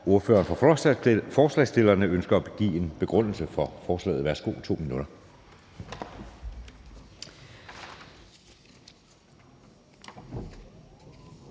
Ordføreren for forslagsstillerne ønsker at give en begrundelse for forslaget. Værsgo. Man har 2 minutter.